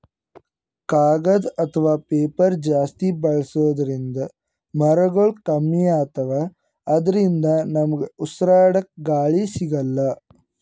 ಕಾಗದ್ ಅಥವಾ ಪೇಪರ್ ಜಾಸ್ತಿ ಬಳಸೋದ್ರಿಂದ್ ಮರಗೊಳ್ ಕಮ್ಮಿ ಅತವ್ ಅದ್ರಿನ್ದ ನಮ್ಗ್ ಉಸ್ರಾಡ್ಕ ಗಾಳಿ ಸಿಗಲ್ಲ್